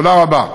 תודה רבה.